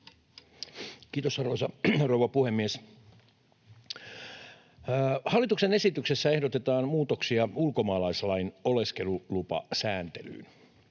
Kiitos, arvoisa rouva puhemies! Hallituksen esityksessä ehdotetaan muutoksia ulkomaalaislain oleskelulupasääntelyyn.